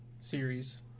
series